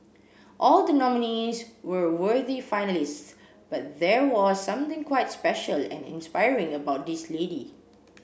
all the nominees were worthy finalists but there was something quite special and inspiring about this lady